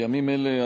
בימים אלה,